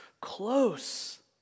close